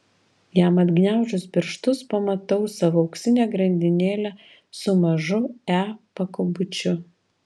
jam atgniaužus pirštus pamatau savo auksinę grandinėlę su mažu e pakabučiu